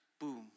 boom